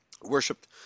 Worshipped